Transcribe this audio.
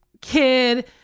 kid